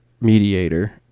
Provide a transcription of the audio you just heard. mediator